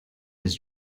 his